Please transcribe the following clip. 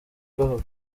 gahoro